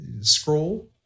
scroll